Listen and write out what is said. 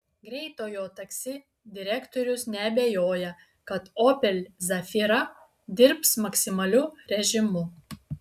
greitojo taksi direktorius neabejoja kad opel zafira dirbs maksimaliu režimu